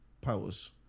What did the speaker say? powers